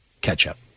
ketchup